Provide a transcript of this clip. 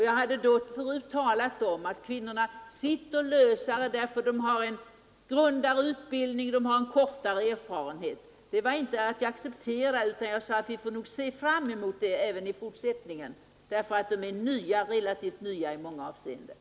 Jag hade då förut talat om att kvinnorna sitter lösare därför att de har en grundare utbildning och de har kortare erfarenhet. Det betyder inte att jag accepterar detta utan att vi får se fram emot det i fortsättningen därför att de är relativt nya i många avseenden.